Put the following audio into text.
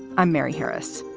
i'm mary harris.